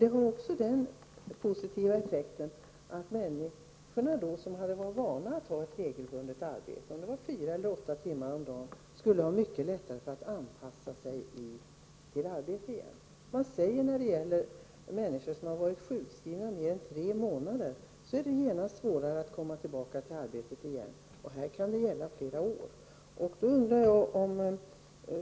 Det får också den positiva effekten att människorna blir vana vid ett regelbundet arbete, fyra till åtta timmar om dagen, och får då lättare att anpassa sig till ett vanligt arbete igen. Det sägs när det gäller människor som har varit sjukskrivna mer än tre månader att det är svårare för dem att komma tillbaka till arbetet igen. Här kan det gälla flera år.